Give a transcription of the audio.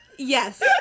Yes